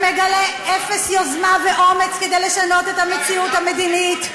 שמגלה אפס יוזמה ואומץ כדי לשנות את המציאות המדינית,